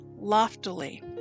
loftily